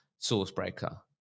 Sourcebreaker